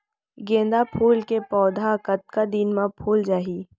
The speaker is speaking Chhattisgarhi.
गेंदा फूल के पौधा कतका दिन मा फुल जाही?